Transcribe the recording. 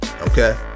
okay